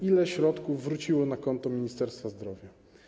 Ile środków wróciło na konto Ministerstwa Zdrowia?